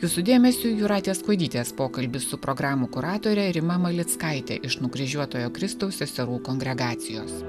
jūsų dėmesiui jūratės kuodytės pokalbis su programų kuratore rima malickaitė iš nukryžiuotojo kristaus seserų kongregacijos